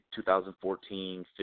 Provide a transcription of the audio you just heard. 2014